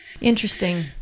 Interesting